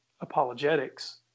apologetics